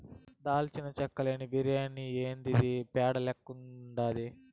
దాల్చిన చెక్క లేని బిర్యాని యాందిది పేడ లెక్కుండాది